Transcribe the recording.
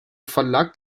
verlag